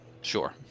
Sure